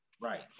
Right